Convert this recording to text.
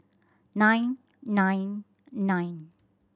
nine nine nine